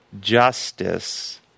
justice